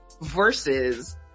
versus